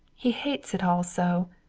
he hates it all so.